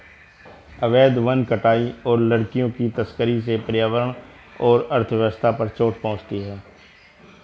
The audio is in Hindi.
अवैध वन कटाई और लकड़ियों की तस्करी से पर्यावरण और अर्थव्यवस्था पर चोट पहुँचती है